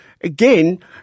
Again